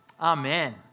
Amen